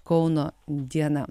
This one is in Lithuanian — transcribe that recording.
kauno diena